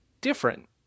different